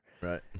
Right